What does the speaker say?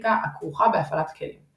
ובטכניקה הכרוכה בהפעלת הכלים,